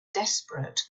desperate